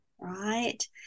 right